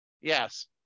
Yes